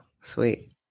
sweet